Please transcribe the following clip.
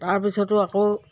তাৰপিছতো আকৌ